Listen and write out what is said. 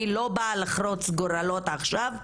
אני לא באה לחרוץ גורלות עכשיו,